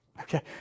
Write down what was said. Okay